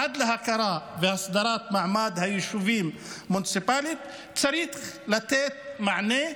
עד להכרה והסדרת מעמד היישובים המוניציפליים צריך לתת מענה,